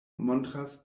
montras